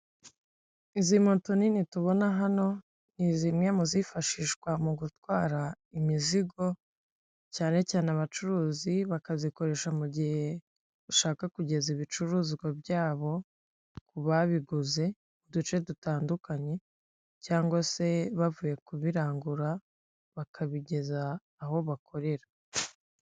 Izi moto nini tubona hano, ni zimwe mu zifashishwa mu gutwara imizigo, cyane cyane abacuruzi bakazikoresha mu gihe bashaka kugeza ibicuruzwa byabo ku babiguze mu duce dutandukanye, cyangwa se bavuye kubirangura, bakabigeza aho bakorera.